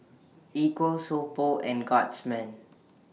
Equal So Pho and Guardsman